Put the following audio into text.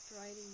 writing